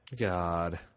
God